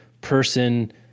person